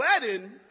wedding